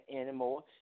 anymore